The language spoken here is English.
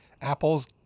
Apple's